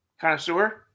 Connoisseur